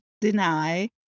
deny